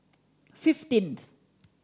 fifteenth